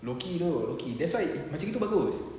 rocky dok rocky that's why macam gitu bagus